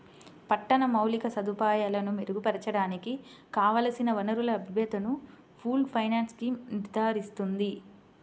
పట్టణ మౌలిక సదుపాయాలను మెరుగుపరచడానికి కావలసిన వనరుల లభ్యతను పూల్డ్ ఫైనాన్స్ స్కీమ్ నిర్ధారిస్తుంది